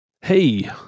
Hey